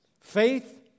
Faith